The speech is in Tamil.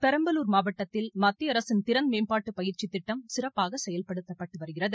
பெரம்பலூர் மாவட்டத்தில் மத்திய அரசின் திறன் மேம்பாட்டு பயிற்சித் திட்டம் சிறப்பாக செயல்படுத்தப்பட்டு வருகிறது